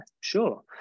sure